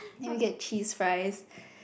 then we get cheese fries